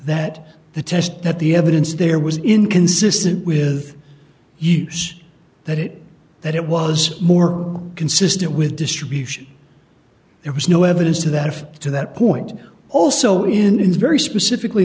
that the test that the evidence there was inconsistent with yes that it that it was more consistent with distribution there was no evidence to that if to that point also in his very specifically